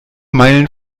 meilen